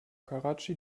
karatschi